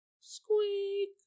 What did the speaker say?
Squeak